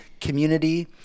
community